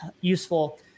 useful